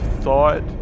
thought